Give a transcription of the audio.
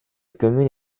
commune